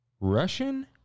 Russian